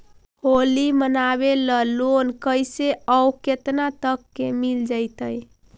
होली मनाबे ल लोन कैसे औ केतना तक के मिल जैतै?